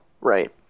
right